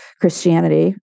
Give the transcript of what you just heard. Christianity